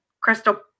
Crystal